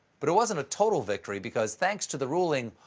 but it wasn't a total victory because, thanks to the ruling,